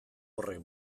horrek